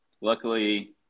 Luckily